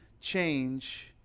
change